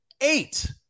Eight